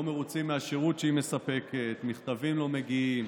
לא מרוצים מהשירות שהיא מספקת: מכתבים לא מגיעים,